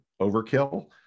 overkill